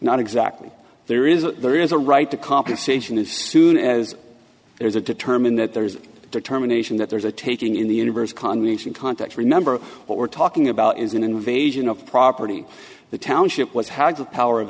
not exactly there is a there is a right to compensation if soon as there is a determined that there is determination that there is a taking in the universe combination context remember what we're talking about is an invasion of property the township was how the power of